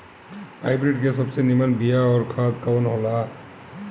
Hybrid के सबसे नीमन बीया अउर खाद कवन हो ला?